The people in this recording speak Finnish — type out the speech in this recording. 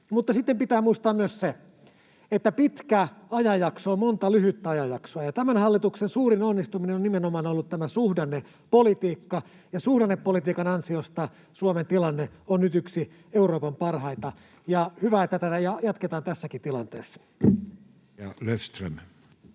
Mutta sitten pitää muistaa myös se, että pitkä ajanjakso on monta lyhyttä ajanjaksoa, ja tämän hallituksen suurin onnistuminen on nimenomaan ollut tämä suhdannepolitiikka. Ja suhdannepolitiikan ansiosta Suomen tilanne on nyt yksi Euroopan parhaita. Hyvä, että tätä jatketaan tässäkin tilanteessa. [Speech